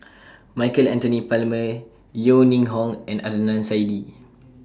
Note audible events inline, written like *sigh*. *noise* Michael Anthony Palmer Yeo Ning Hong and Adnan Saidi